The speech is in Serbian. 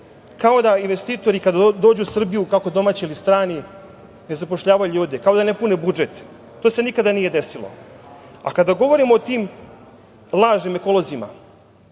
Kao da investitori kada dođu u Srbiju, kako domaći ili strani, ne zapošljavaju ljude, kao da ne pune budžet. To se nikada nije desilo. Kada govorim o tim lažnim ekolozima,